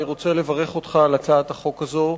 אני רוצה לברך אותך על הצעת החוק הזו,